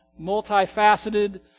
multifaceted